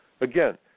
Again